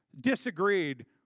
disagreed